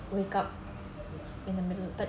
wake up in the middle but